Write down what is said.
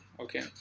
Okay